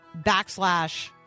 backslash